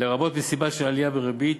לרבות מסיבה של עלייה בריבית.